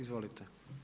Izvolite.